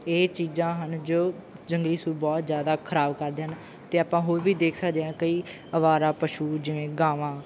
ਇਹ ਚੀਜ਼ਾਂ ਹਨ ਜੋ ਜੰਗਲੀ ਸੂਰ ਬਹੁਤ ਜ਼ਿਆਦਾ ਖਰਾਬ ਕਰਦੇ ਹਨ ਅਤੇ ਆਪਾਂ ਹੋਰ ਵੀ ਦੇਖ ਸਕਦੇ ਹਾਂ ਕਈ ਅਵਾਰਾ ਪਸ਼ੂ ਜਿਵੇਂ ਗਾਵਾਂ